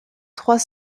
trois